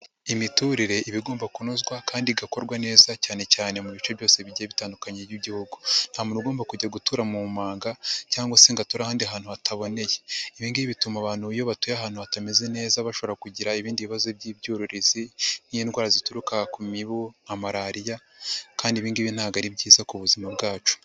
Imiturire iba igomba kunozwa kandi igakorwa neza, cyane cyane mu bice byose bigiye bitandukanye by'igihugu, nta muntu ugomba kujya gutura mu manga cyangwa se ngo ature ahandi hantu hataboneye, ibi ngibi bituma abantu iyo batuye ahantu hatameze neza bashobora kugira ibindi bibazo by'ibyuririzi nk'indwara zituruka ku mibu nka Malariya kandi ibi ngibi ntabwo ari byiza ku buzima bwacu.